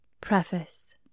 Preface